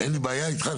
אין לי בעיה איתך,